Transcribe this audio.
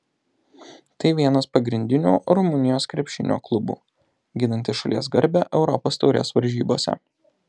tai vienas pagrindinių rumunijos krepšinio klubų ginantis šalies garbę europos taurės varžybose